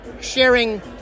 sharing